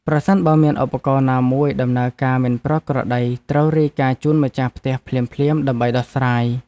ប្រសិនបើមានឧបករណ៍ណាមួយដំណើរការមិនប្រក្រតីត្រូវរាយការណ៍ជូនម្ចាស់ផ្ទះភ្លាមៗដើម្បីដោះស្រាយ។